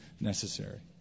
necessary